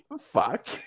Fuck